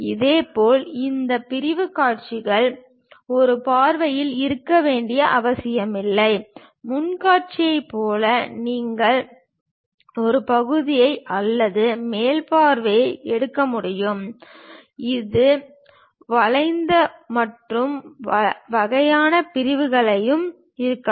இதேபோல் இந்த பிரிவுக் காட்சிகள் ஒரு பார்வையில் இருக்க வேண்டிய அவசியமில்லை முன் காட்சியைப் போல நீங்கள் ஒரு பகுதியை அல்லது மேல் பார்வையை எடுக்க முடியும் இது வளைந்த மற்றும் வகையான பிரிவுகளாகவும் இருக்கலாம்